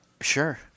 Sure